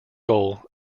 goal